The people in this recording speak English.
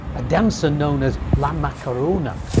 a dancer known as la macarona,